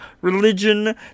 religion